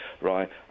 right